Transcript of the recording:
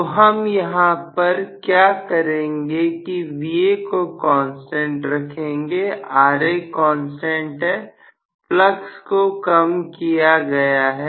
तो हम यहां पर क्या करेंगे कि Va को कांस्टेंट रखेंगे Ra कांस्टेंट है फ्लक्स को कम किया गया है